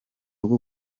rwo